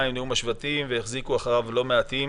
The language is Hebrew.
עם נאום השבטים והחזיקו אחריו לא מעטים.